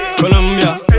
Colombia